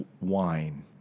Wine